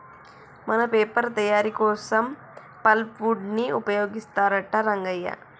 మన పేపర్ తయారీ కోసం పల్ప్ వుడ్ ని ఉపయోగిస్తారంట రంగయ్య